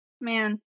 man